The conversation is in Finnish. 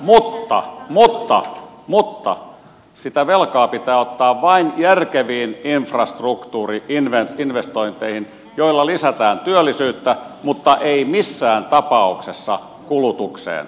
mutta mutta sitä velkaa pitää ottaa vain järkeviin infrastruktuuri investointeihin joilla lisätään työllisyyttä mutta ei missään tapauksessa kulutukseen